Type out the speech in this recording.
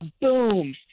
Boom